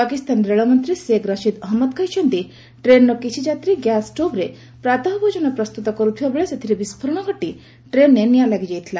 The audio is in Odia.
ପାକିସ୍ତାନ ରେଳମନ୍ତ୍ରୀ ସେକ୍ ରସିଦ୍ ଅହମ୍ମଦ କହିଛନ୍ତି ଟ୍ରେନ୍ର କିଛି ଯାତ୍ରୀ ଗ୍ୟାସ୍ ଷ୍ଟୋଭ୍ରେ ପ୍ରାତଃ ଭୋଜନ ପ୍ରସ୍ତତ କର୍ଥିବାବେଳେ ସେଥିରେ ବିଫ୍ଫୋରଣ ଘଟି ଟ୍ରେନ୍ରେ ନିଆଁ ଲାଗିଯାଇଥିଲା